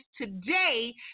today